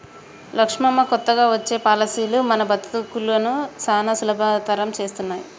లక్ష్మమ్మ కొత్తగా వచ్చే పాలసీలు మన బతుకులను సానా సులభతరం చేస్తున్నాయి